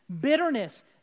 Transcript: bitterness